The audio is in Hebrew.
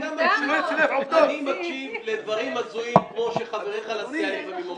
גם אני מקשיב לדברים הזויים כמו שחבריך לסיעה לפעמים אומרים.